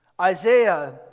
Isaiah